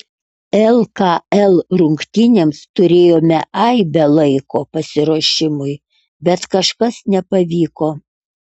lkl rungtynėms turėjome aibę laiko pasiruošimui bet kažkas nepavyko